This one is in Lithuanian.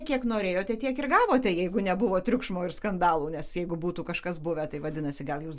kiek norėjote tiek ir gavote jeigu nebuvo triukšmo ir skandalų nes jeigu būtų kažkas buvę tai vadinasi gal jūs